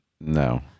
No